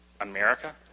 America